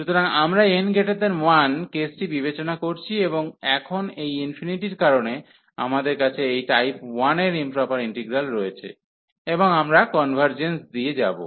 সুতরাং আমরা n1 কেসটি বিবেচনা করছি এবং এখন এই ইনফিনিটির কারণে আমাদের কাছে এই টাইপ 1 এর ইম্প্রপার ইন্টিগ্রাল রয়েছে এবং আমরা কনভার্জেন্স দিয়ে যাব